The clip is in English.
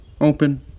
Open